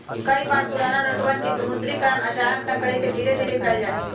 कई बार पुराना नोटवन के विमुद्रीकरण अचानक न करके धीरे धीरे कइल जाहई